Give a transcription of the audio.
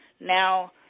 Now